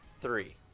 three